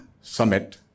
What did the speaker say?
summit